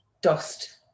dust